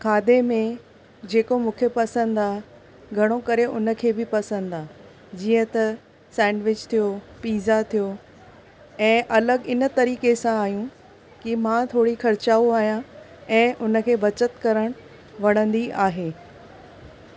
खाधे में जेको मूंखे पसंदि आहे घणो करे उनखे बि पसंदि आहे जीअं त सेंडविच थियो पिज़ा थियो ऐं अलॻि इन तरीक़े सां आहियूं की मां थोरी खर्चाऊं आहियां ऐं उनखे बचति करण वणंदी आहे